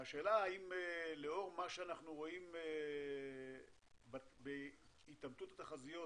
השאלה, האם לאור מה שאנחנו רואים בהתאמתות התחזיות